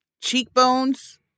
Cheekbones